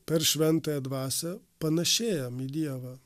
per šventąją dvasią panašėjam į dievą